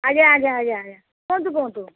ଆଜ୍ଞା ଆଜ୍ଞା ଆଜ୍ଞା ଆଜ୍ଞା କୁହନ୍ତୁ କୁହନ୍ତୁ